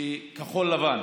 שכחול לבן,